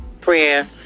prayer